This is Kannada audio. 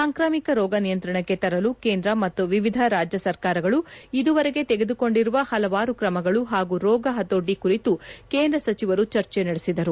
ಸಾಂಕ್ರಾಮಿಕ ರೋಗ ನಿಯಂತ್ರಣಕ್ಕೆ ತರಲು ಕೇಂದ್ರ ಮತ್ತು ವಿವಿಧ ರಾಜ್ಯ ಸರ್ಕಾರಗಳು ಇದುವರೆಗೆ ತೆಗೆದುಕೊಂಡಿರುವ ಪಲವಾರು ಕ್ರಮಗಳು ಹಾಗೂ ರೋಗ ಪತೋಟಿ ಕುರಿತು ಕೇಂದ್ರ ಸಚಿವರು ಚರ್ಚೆ ನಡೆಸಿದರು